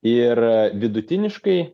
ir vidutiniškai